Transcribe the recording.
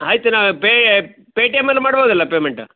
ಆಯಿತು ನಾವು ಪೇ ಪೇಟಿಎಮ್ಮಲ್ಲಿ ಮಾಡ್ಬೋದಲ್ಲ ಪೇಮೆಂಟ್